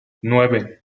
nueve